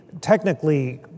technically